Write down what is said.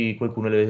qualcuno